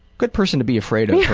good person to be afraid of yeah